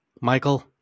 Michael